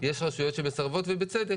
יש רשויות שמסרבות ובצדק.